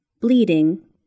bleeding